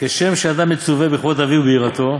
כשם שאדם מצווה בכבוד אביו וביראתו,